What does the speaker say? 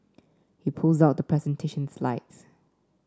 he pulls out the presentation slides